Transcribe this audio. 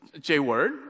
J-word